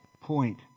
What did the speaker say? point